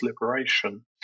liberation